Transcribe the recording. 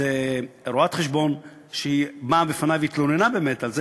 זו רואת-חשבון שבאה בפני והתלוננה על זה